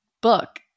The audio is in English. book